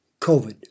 COVID